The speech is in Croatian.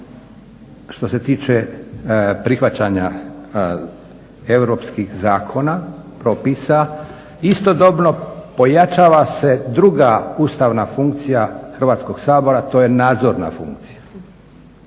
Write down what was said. Što se tiče prihvaćanja europskih zakona, propisa istodobno pojačava se druga ustavna funkcija Hrvatskog sabora to je nadzorna funkcija.